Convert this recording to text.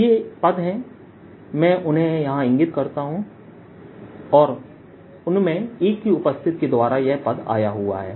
तो ये पद हैं मैं उन्हें यहां इंगित करता हूं और उनमें एक की उपस्थिति के द्वारा यह पद आया हुआ है